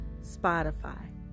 Spotify